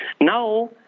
Now